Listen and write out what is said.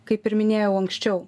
kaip ir minėjau anksčiau